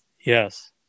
Yes